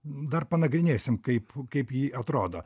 dar panagrinėsim kaip kaip ji atrodo